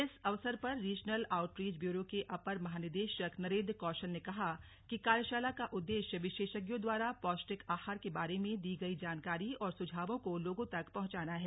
इस अवसर पर रीजनल आउटरीच ब्यूरो के अपर महानिदेशक नरेंद्र कौशल ने कहा कि कार्यशाला का उद्देश्य विशेषज्ञों द्वारा पौष्टिक आहार के बारे में दी गई जानकारी और सुझावों को लोगों तक पहुंचाना है